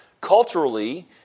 culturally